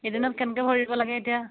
এদিনত কেনেকৈ ভৰিব লাগে এতিয়া